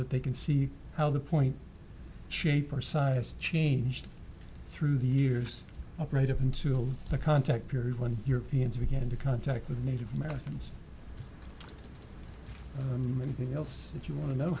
that they can see how the point shape or size changed through the years up right up until the contact period when europeans began to contact with native americans i mean anything else that you want to know